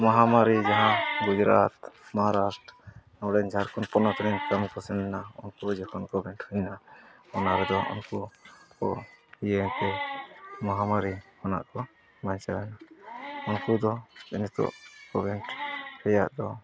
ᱢᱚᱦᱟᱢᱟᱨᱤ ᱡᱟᱦᱟᱸ ᱜᱩᱡᱽᱨᱟᱴ ᱢᱚᱦᱟᱨᱟᱥᱴᱨᱚ ᱱᱚᱰᱮᱱ ᱡᱷᱟᱲᱠᱷᱚᱸᱰ ᱯᱚᱱᱚᱛᱨᱮᱱ ᱠᱟᱹᱢᱤ ᱠᱚ ᱥᱮᱱ ᱞᱮᱱᱟ ᱩᱱᱠᱩ ᱡᱚᱠᱷᱚᱱ ᱦᱩᱭᱱᱟ ᱚᱱᱟ ᱨᱮᱫᱚ ᱩᱱᱠᱩ ᱠᱚ ᱤᱭᱟᱹᱛᱮ ᱢᱚᱦᱟᱢᱟᱨᱤ ᱠᱷᱚᱱᱟᱜ ᱠᱚ ᱵᱟᱧᱪᱟᱣ ᱮᱱᱟ ᱩᱱᱠᱩ ᱫᱚ ᱱᱤᱛᱚᱜ ᱨᱮᱭᱟᱜ ᱫᱚ